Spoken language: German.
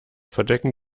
verdecken